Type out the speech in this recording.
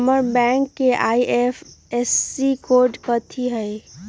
हमर बैंक के IFSC code कथि हई?